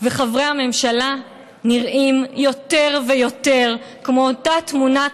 וחברי הממשלה נראים יותר ויותר כמו אותה תמונת